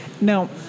Now